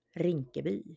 Rinkeby